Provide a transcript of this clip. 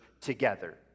together